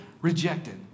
rejected